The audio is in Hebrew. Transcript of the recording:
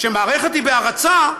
כשמערכת היא בהרצה,